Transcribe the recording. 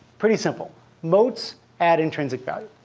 pretty simple moats add intrinsic value.